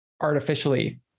artificially